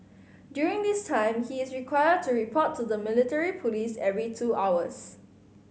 during this time he is required to report to the military police every two hours